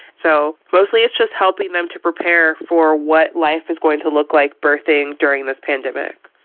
so mostly it's just helping them to prepare for what life is going to look like birthing during this pandemic